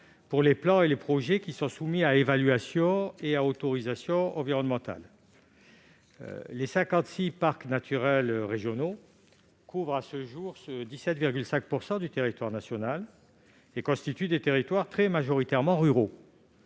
lors des procédures d'évaluation environnementale et d'autorisation environnementale. Les 56 parcs naturels régionaux couvrent à ce jour 17,5 % du territoire national et constituent des territoires très majoritairement ruraux.